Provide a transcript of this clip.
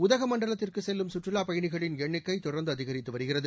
உதகமண்டலத்திற்குசெல்லும் சுற்றுலாப் பயணிகளின் எண்ணிக்கைதொடர்ந்துஅதிகரித்துவருகிறது